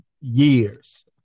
years